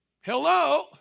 Hello